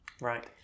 Right